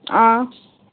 हां